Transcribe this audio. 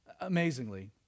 Amazingly